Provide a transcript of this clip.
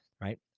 Right